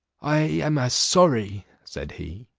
i am as sorry, said he,